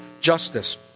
justice